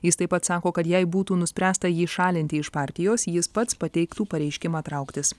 jis taip pat sako kad jei būtų nuspręsta jį šalinti iš partijos jis pats pateiktų pareiškimą trauktis